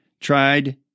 tried